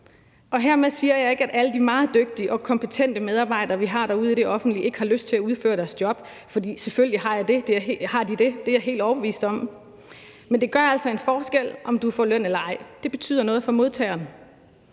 Og hermed siger jeg ikke, at alle de meget dygtige og kompetente medarbejdere, vi har derude i det offentlige, ikke har lyst til at udføre deres arbejde, for selvfølgelig har de det – det er jeg helt overbevist om – men det gør altså en forskel, om du får løn eller ej. Det betyder noget for modtageren.